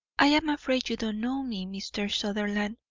i'm afraid you don't know me, mr. sutherland,